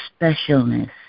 specialness